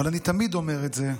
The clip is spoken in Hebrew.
אבל אני תמיד אומר את זה,